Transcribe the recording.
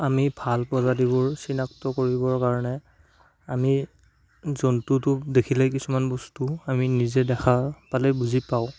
আমি ভাল প্ৰজাতিবোৰ চিনাক্ত কৰিবৰ কাৰণে আমি জন্তুটো দেখিলেই কিছুমান বস্তু আমি নিজে দেখা পালে বুজি পাওঁ